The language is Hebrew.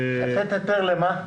לתת היתר למה?